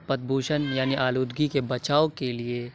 پد بُھوشن یعنی آلودگی کے بچاؤ کے لیے